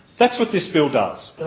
that's what this bill does.